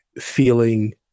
feeling